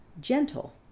gentle